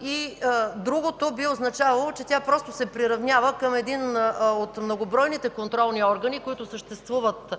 и другото би означавало, че тя просто се приравнява към един от многобройните контролни органи, които съществуват